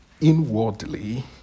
inwardly